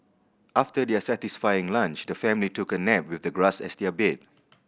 after their satisfying lunch the family took a nap with the grass as their bed